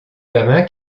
gamin